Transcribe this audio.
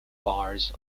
bars